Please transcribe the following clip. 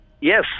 Yes